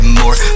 more